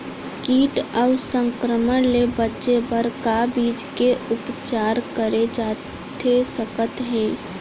किट अऊ संक्रमण ले बचे बर का बीज के उपचार करे जाथे सकत हे?